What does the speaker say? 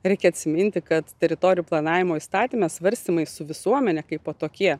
reikia atsiminti kad teritorijų planavimo įstatyme svarstymai su visuomene kaipo tokie